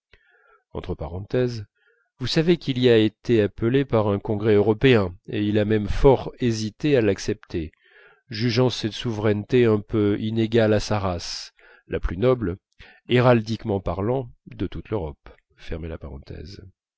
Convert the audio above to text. vous savez qu'il y a été appelé par un congrès européen et il a même fort hésité à l'accepter jugeant cette souveraineté un peu inégale à sa race la plus noble héraldiquement parlant